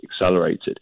accelerated